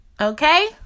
Okay